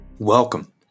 Welcome